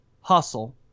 hustle